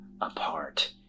apart